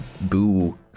boo